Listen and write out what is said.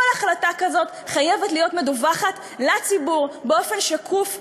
כל החלטה כזאת חייבת להיות מדווחת לציבור באופן שקוף וברור,